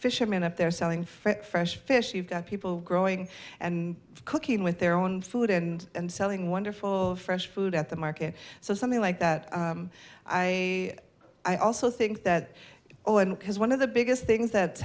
fishermen up there selling for fresh fish you've got people growing and cooking with their own food and and selling wonderful fresh food at the market so something like that i i also think that oh and one of the biggest things that